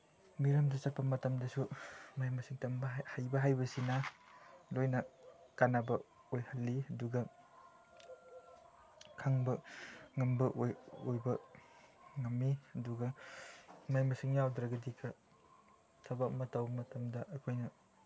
ꯃꯤꯔꯝꯗ ꯆꯠꯄ ꯃꯇꯝꯗꯁꯨ ꯃꯍꯩ ꯃꯁꯤꯡ ꯇꯝꯕ ꯍꯩꯕ ꯍꯥꯏꯕꯁꯤꯅ ꯂꯣꯏꯅ ꯀꯥꯅꯕ ꯑꯣꯏꯍꯜꯂꯤ ꯑꯗꯨꯒ ꯈꯪꯕ ꯉꯝꯕ ꯑꯣꯏꯕ ꯉꯝꯃꯤ ꯑꯗꯨꯒ ꯃꯍꯩ ꯃꯁꯤꯡ ꯌꯥꯎꯗ꯭ꯔꯒꯗꯤ ꯈꯔ ꯊꯕꯛ ꯑꯃ ꯇꯧꯕ ꯃꯇꯝꯗ ꯑꯩꯈꯣꯏꯅ